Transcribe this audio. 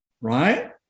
right